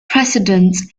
precedence